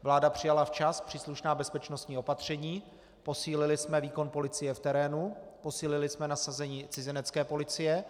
Vláda přijala včas příslušná bezpečnostní opatření, posílili jsme výkon policie v terénu, posílili jsme nasazení cizinecké policie.